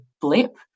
blip